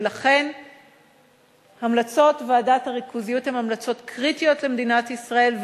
ולכן המלצות ועדת הריכוזיות הן המלצות קריטיות למדינת ישראל.